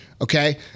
okay